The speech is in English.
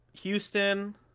Houston